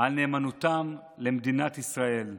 על נאמנותה למדינת ישראל.